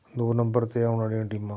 ਦੋ ਨੰਬਰ 'ਤੇ ਆਉਣ ਵਾਲੀਆਂ ਟੀਮਾਂ